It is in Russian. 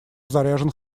заряжен